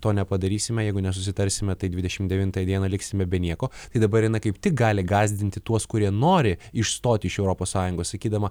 to nepadarysime jeigu nesusitarsime tai dvidešim devintąją dieną liksime be nieko ir dabar jinai kaip tik gali gąsdinti tuos kurie nori išstoti iš europos sąjungos sakydama